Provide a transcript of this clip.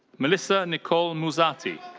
melissa nicole muzzatti.